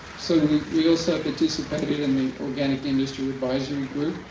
so we we also participated in the organic industry advisory group.